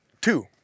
two